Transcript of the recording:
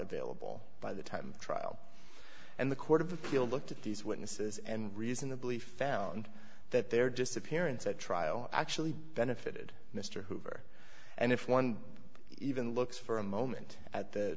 available by the time trial and the court of appeal looked at these witnesses and reasonably found that their disappearance at trial actually benefited mr hoover and if one even looks for a moment at the